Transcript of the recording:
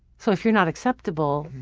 so if you're not acceptable,